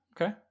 Okay